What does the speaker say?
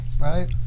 right